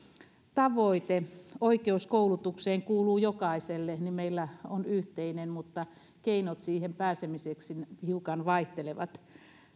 tavoite oikeus koulutukseen kuuluu jokaiselle meillä on yhteinen mutta keinot siihen pääsemiseksi hiukan vaihtelevat